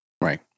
Right